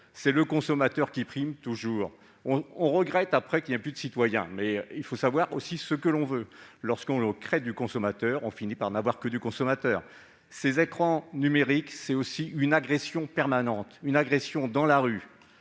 le consommateur, qui prime toujours. On regrette qu'il n'y ait plus de citoyens : il faut savoir ce que nous voulons ! Lorsqu'on crée du consommateur, on finit par n'avoir que du consommateur. Ces écrans numériques sont aussi une agression permanente dans la rue